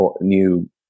new